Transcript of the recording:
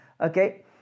okay